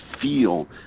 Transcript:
feel